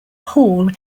hall